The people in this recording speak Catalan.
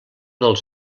dels